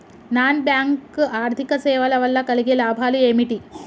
Non bank ఆర్థిక సేవల వల్ల కలిగే లాభాలు ఏమిటి?